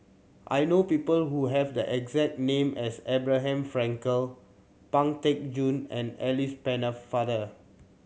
I know people who have the exact name as Abraham Frankel Pang Teck Joon and Alice Pennefather